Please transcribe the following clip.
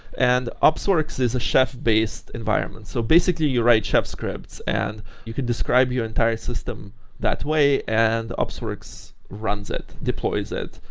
and opsworks as a chef-based environment. so basically you write chef scripts and you can describe your entire system that way and opsworks runs it, deploys it,